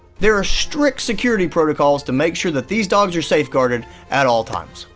there are strict security protocols to make sure that these dogs are safeguarded at all times.